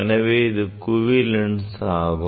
எனவே இது குவி லென்ஸ் ஆகும்